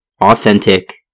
authentic